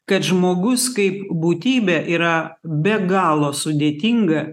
kad žmogus kaip būtybė yra be galo sudėtinga